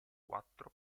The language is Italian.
quattro